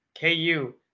KU